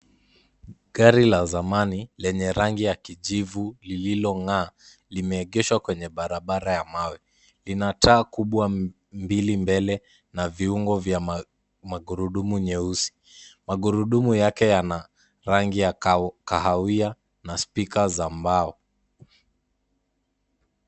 Gari la zamani lenye rangi ya kijivu lililong'aa limeegeshwa kwenye barabara ya mawe. Lina taa kubwa mbili mbele na viungo vya magurudumu nyeusi. Magurudumu yake yana rangi ya kahawia na speaker za mbao.